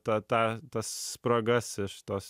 tą tą tas spragas iš tos